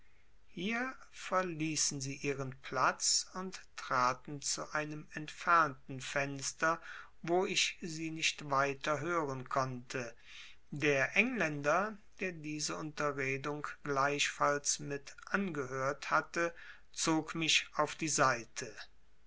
hier verließen sie ihren platz und traten zu einem entfernten fenster wo ich sie nicht weiter hören konnte der engländer der diese unterredung gleichfalls mit angehört hatte zog mich auf die seite